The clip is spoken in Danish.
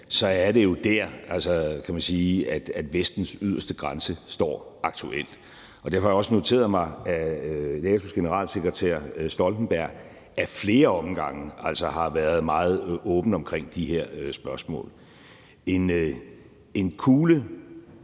Rusland, der, Vestens yderste grænse står aktuelt. Derfor har jeg også noteret mig, at NATO's generalsekretær, Jens Stoltenberg, ad flere omgange altså har været meget åben omkring de her spørgsmål. En kugle